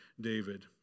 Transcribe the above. David